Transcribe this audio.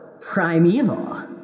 primeval